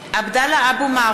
(קוראת בשמות חברי הכנסת) עבדאללה אבו מערוף,